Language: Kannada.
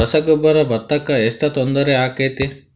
ರಸಗೊಬ್ಬರ, ಭತ್ತಕ್ಕ ಎಷ್ಟ ತೊಂದರೆ ಆಕ್ಕೆತಿ?